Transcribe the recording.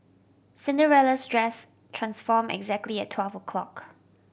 Cinderella's dress transform exactly at twelve o'clock